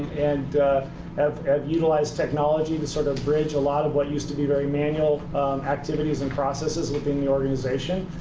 and have have utilized technology to sort of bridge a lot of what used to be very manual activities and processes within the organization.